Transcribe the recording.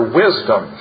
wisdom